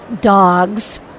dogs